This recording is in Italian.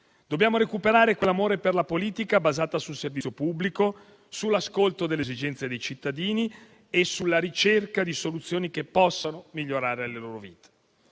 Dobbiamo recuperare quell'amore per la politica basata sul servizio pubblico, sull'ascolto delle esigenze dei cittadini e sulla ricerca di soluzioni che possano migliorare le loro vite.